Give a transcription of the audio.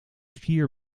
vier